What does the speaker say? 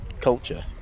culture